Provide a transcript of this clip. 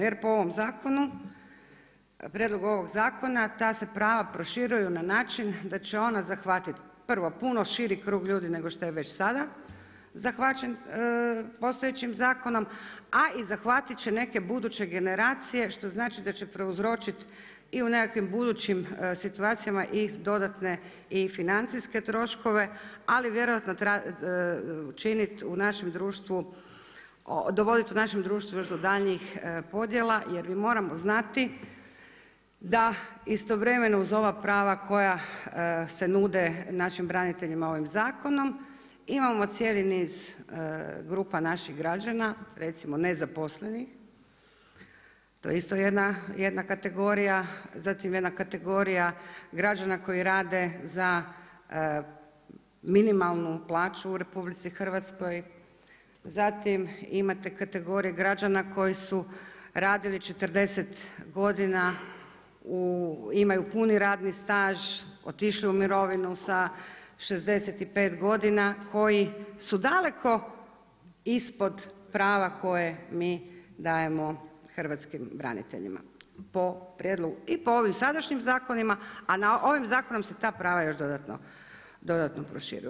Jer po ovom zakonu, prijedlog ovog zakona, ta se prava proširuju na način, da će ona zahvatiti, prvo puno širi krug ljudi nego što je već sada zahvaćen postojećim zakonom, a i zahvatiti će neke buduće generacije, što znači da će prouzročiti i u nekakvim budućim situacijama i dodatne i financijske troškove, ali vjerojatno učiniti u našem društvu dovoditi u našem društvu još do daljnjih podjela jer mi moramo znati da istovremeno uz ova prava koja se nude našim braniteljima ovim zakonom, imamo cijeli niz grupa naših građana recimo nezaposlenih, to je isto jedna kategorija, zatim jedna kategorija, zatim jedna kategorija građana koji rade za minimalnu plaću u RH, zatim imate kategorije građana koji su radili 40 godina, imaju puni radni staž, otišli u mirovinu sa 65 godina, koji su daleko ispod prava koje mi dajemo hrvatskim braniteljima po prijedlogu i po ovim sadašnjim zakonima a na ovom zakonu se ta prava još dodatno proširuju.